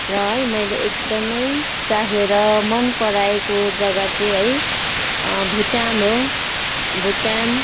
र है मैले एकदमै चाहेर मनपराएको जग्गा चाहिँ है भुटान हो भुटान